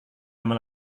lama